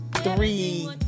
three